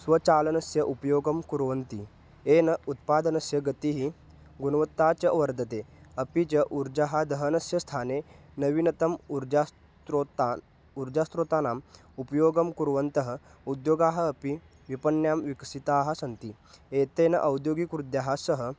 स्वचालनस्य उपयोगं कुर्वन्ति येन उत्पादनस्य गतिः गुणवत्ता च वर्धते अपि च ऊर्जादहनस्य स्थाने नवीनतमम् ऊर्जास्त्रोतान् ऊर्जास्त्रोतानाम् उपयोगं कुर्वन्तः उद्योगाः अपि विपण्यां विकसिताः सन्ति एतेन औद्योगिकवृद्ध्या सह